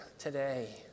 today